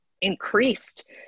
increased